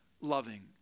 loving